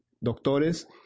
doctores